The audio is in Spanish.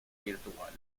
virtual